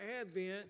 Advent